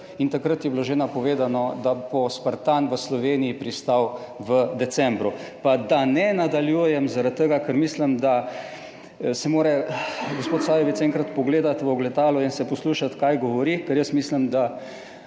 In takrat je bilo že napovedano, da bo Spartan v Sloveniji pristal v decembru. Pa, da ne nadaljujem, zaradi tega, ker mislim, da se mora gospod Sajovic enkrat pogledati v ogledalo in se poslušati kaj govori, ker jaz mislim, da